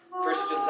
Christians